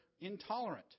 intolerant